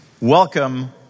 welcome